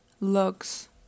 looks